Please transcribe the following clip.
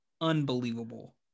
unbelievable